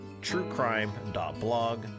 truecrime.blog